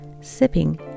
sipping